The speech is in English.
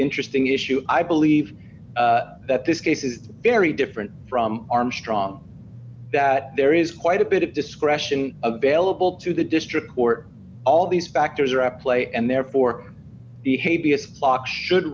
interesting issue i believe that this case is very different from armstrong that there is quite a bit of discretion available to the district court all these factors are at play and therefore behave should